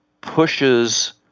pushes